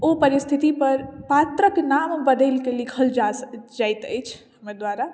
ओ परिस्थिति पर पात्रक नाम बदैल के लिखल जाइत अछि हमर द्वारा